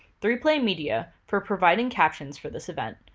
three play media for providing captions for this event,